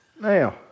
Now